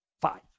Five